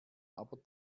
aber